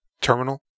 terminal